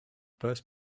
first